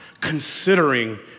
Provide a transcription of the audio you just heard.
considering